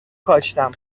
کاشتم